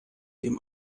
dem